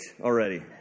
already